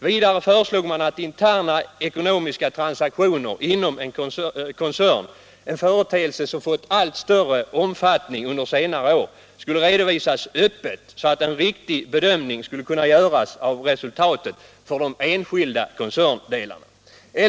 Vidare föreslog man att interna ekonomiska transaktioner inom en koncern, en företeelse som fått allt större omfattning under senare år, skulle redovisas öppet, så att en riktig bedömning skulle kunna göras av resultatet för de enskilda koncerndelarna.